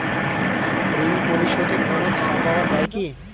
ঋণ পরিশধে কোনো ছাড় পাওয়া যায় কি?